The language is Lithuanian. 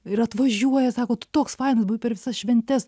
ir atvažiuoja sako tu toks fainas buvai per visas šventes